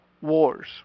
wars